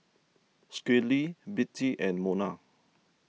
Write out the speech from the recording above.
Schley Bettie and Mona